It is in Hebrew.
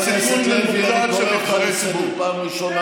לסיכול ממוקד של נבחרי ציבור?